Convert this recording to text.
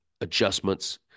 adjustments